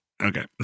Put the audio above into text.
Okay